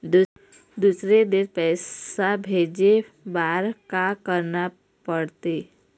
दुसर देश पैसा भेजे बार का करना पड़ते?